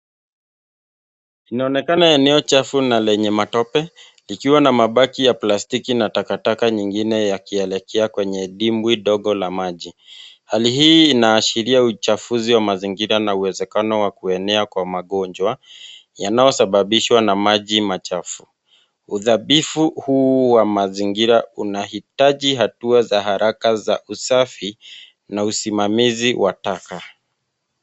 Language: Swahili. Inaonekena eneo chafu na lenye matope likiwa na mabaki ya plastiki na takataka nyingine yakielekea kwenye dimbwi ndogo la maji, hali hii inaashiria uchafuzi wa mazingira na uwezekano wa kuenea kwa magonjwa yanayosababishwa na maji machafu ,udhabifu huu wa mazingira unahitaji hatua za haraka za usafi na usimamizi wa taka.